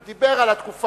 הוא דיבר על התקופה,